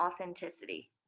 authenticity